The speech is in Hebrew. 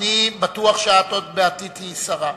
בטוח שאת עוד תהיי בעתיד שרה,